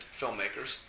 filmmakers